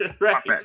Right